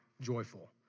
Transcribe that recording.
joyful